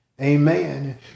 Amen